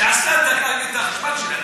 כשעשתה את החשמל שלה,